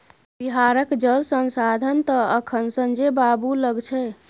बिहारक जल संसाधन तए अखन संजय बाबू लग छै